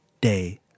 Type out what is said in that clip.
day